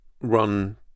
run